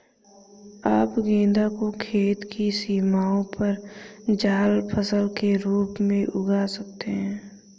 आप गेंदा को खेत की सीमाओं पर जाल फसल के रूप में उगा सकते हैं